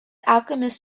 alchemist